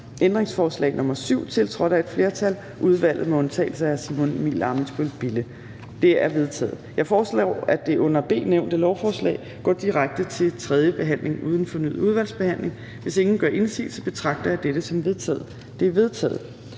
ændringsforslag nr. 7, tiltrådt af et flertal (udvalget med undtagelse af Simon Emil Ammitzbøll-Bille (UFG))? De er vedtaget. Jeg foreslår, at det under B nævnte lovforslag går direkte til tredje behandling uden fornyet udvalgsbehandling. Hvis ingen gør indsigelse, betragter jeg dette som vedtaget. Det er vedtaget.